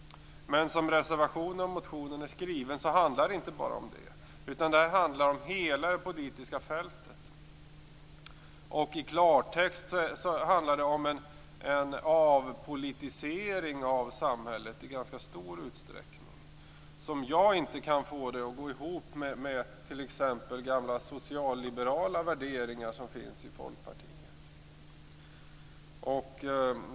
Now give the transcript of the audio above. Men som reservationen och motionen är skriven handlar det inte bara om det. Det handlar om hela det politiska fältet. I klartext handlar det om en avpolitisering av samhället i ganska stor utsträckning. Jag kan inte få det att gå ihop med de gamla socialliberala värderingar som finns i Folkpartiet.